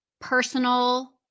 personal